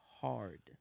hard